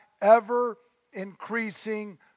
ever-increasing